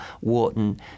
Wharton